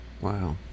Wow